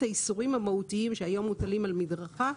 האיסורים המהותיים שהיום מוטלים על מדרכה,